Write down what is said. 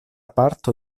parto